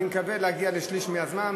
אני מקווה להגיע לשליש מהזמן,